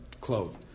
clothed